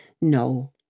No